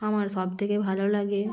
আমার সবথেকে ভালো লাগে